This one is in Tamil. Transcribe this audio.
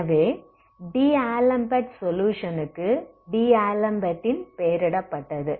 எனவே டி அலெம்பெர்ட்டின் சொலுயுஷனுக்கு டி அலெம்பெர்ட்டின் பெயரிடப்பட்டது